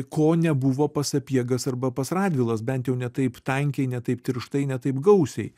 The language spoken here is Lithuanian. ko nebuvo pas sapiegas arba pas radvilas bent jau ne taip tankiai ne taip tirštai ne taip gausiai